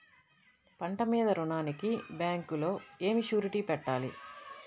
పంట మీద రుణానికి బ్యాంకులో ఏమి షూరిటీ పెట్టాలి?